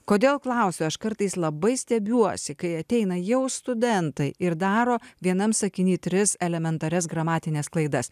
kodėl klausiu aš kartais labai stebiuosi kai ateina jau studentai ir daro vienam sakiny tris elementarias gramatines klaidas